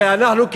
הרי אנחנו,